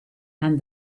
and